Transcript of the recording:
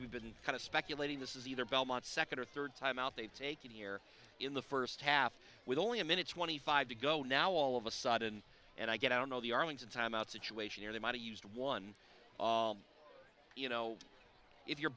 we've been kind of speculating this is either belmont second or third time out they take it here in the first half with only a minutes one and five to go now all of a sudden and i get i don't know the arlington timeout situation where they might be used one you know if you're